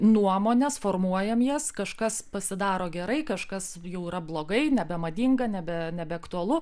nuomones formuojam jas kažkas pasidaro gerai kažkas jau yra blogai nebemadinga nebe nebeaktualu